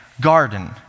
garden